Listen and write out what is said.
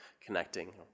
connecting